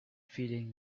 feeling